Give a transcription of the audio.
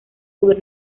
sobre